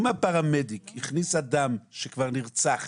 אם הפרמדיק הכניס אדם שכבר נרצח